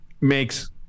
makes